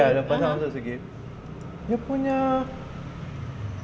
ya the person I was supposed to give dia punya